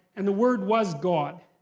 and the word was god.